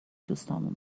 دوستامون